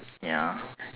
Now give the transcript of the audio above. ya